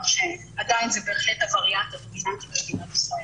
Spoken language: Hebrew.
כך שעדיין זה בהחלט הווריאנט הדומיננטי במדינת ישראל.